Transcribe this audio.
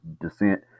descent